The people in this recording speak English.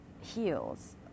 heals